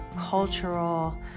cultural